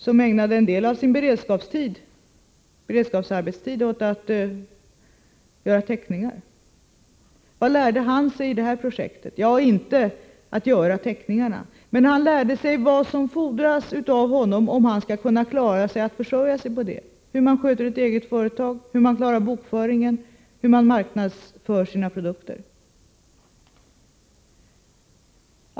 Han ägnade en del av sin beredskapsarbetstid åt att göra teckningar. Vad lärde han sig i det här projektet? Ja, inte lärde han sig att göra teckningarna, men han lärde sig vad som fordras av honom om han skall kunna försörja sig på det — hur man sköter ett eget företag, hur man klarar bokföringen, hur man marknadsför sina produkter.